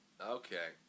Okay